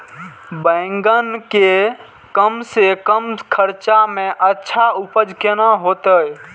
बेंगन के कम से कम खर्चा में अच्छा उपज केना होते?